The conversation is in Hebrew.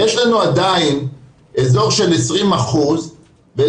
יש לנו עדיין כ-20% של